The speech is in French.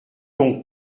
ton